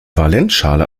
valenzschale